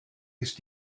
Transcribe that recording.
ist